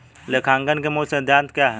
लेखांकन के मूल सिद्धांत क्या हैं?